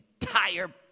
entire